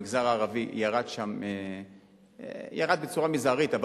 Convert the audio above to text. המגזר הערבי ירד בצורה מזערית,